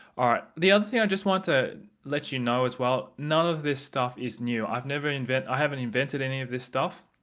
ah the other thing i want to let you know as well, none of this stuff is new. i've never invented i haven't invented any of this stuff,